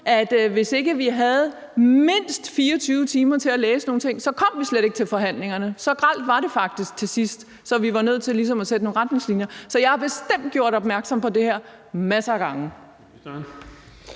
at hvis ikke vi havde mindst 24 timer til at læse nogle ting, kom vi slet ikke til forhandlingerne. Så grelt var det faktisk til sidst, så vi var nødt til ligesom at sætte nogle retningslinjer op. Så jeg har bestemt gjort opmærksom på det her masser af gange.